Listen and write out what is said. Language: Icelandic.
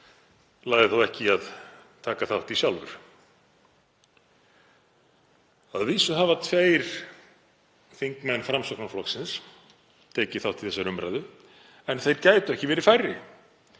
lagði þó ekki í að taka þátt í sjálfur. Að vísu hafa tveir þingmenn Framsóknarflokksins tekið þátt í þessari umræðu en þeir gætu ekki verið færri